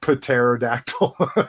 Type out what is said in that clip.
Pterodactyl